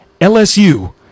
LSU